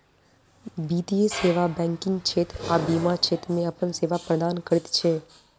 वित्तीय सेवा बैंकिग क्षेत्र आ बीमा क्षेत्र मे अपन सेवा प्रदान करैत छै